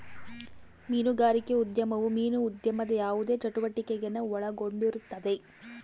ಮೀನುಗಾರಿಕೆ ಉದ್ಯಮವು ಮೀನು ಉದ್ಯಮದ ಯಾವುದೇ ಚಟುವಟಿಕೆನ ಒಳಗೊಂಡಿರುತ್ತದೆ